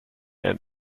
and